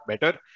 better